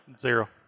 Zero